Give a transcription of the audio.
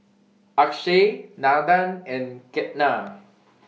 Akshay Nandan and Ketna